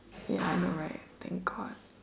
ya I know right thank god